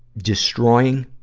destroying,